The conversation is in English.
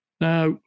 Now